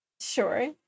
Sure